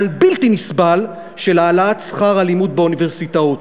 בלתי נסבל של העלאת שכר הלימוד באוניברסיטאות.